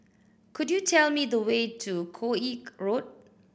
could you tell me the way to Koek Road